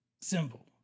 symbol